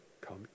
come